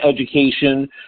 education